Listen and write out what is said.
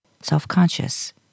self-conscious